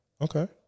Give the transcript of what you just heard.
Okay